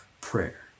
prayer